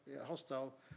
hostile